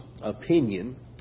opinion